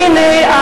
והנה,